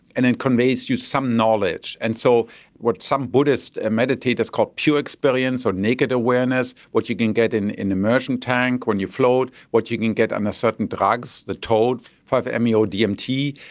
and it conveys you some knowledge. and so what some buddhists and meditators call pure experience or naked awareness, what you can get in an immersion tank when you float, what you can get under certain drugs, the toad, five and meo dmt,